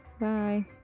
Bye